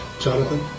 Jonathan